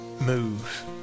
move